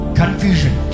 confusion